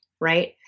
right